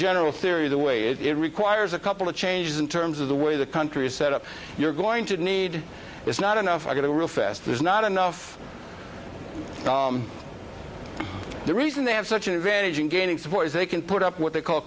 general theory the way it requires a couple of changes in terms of the way the country is set up you're going to need there's not enough going to real fast there's not enough the reason they have such an advantage in gaining support is they can put up what they call